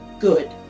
good